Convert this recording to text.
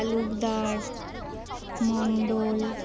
Talukdar Mondal